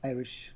Irish